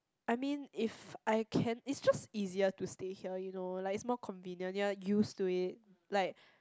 I mean if I can it's just easier to stay here you know like it's more convenient you are like used to it like